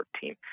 team